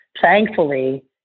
thankfully